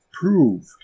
proved